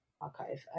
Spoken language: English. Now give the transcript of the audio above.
archive